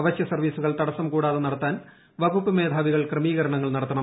അവശ്യ സർവ്വീസുകൾ തടസ്സം കൂടാതെ നടത്താൻ വകുപ്പ് മേധാവികൾ ക്രമീകരണങ്ങൾ നടത്തണം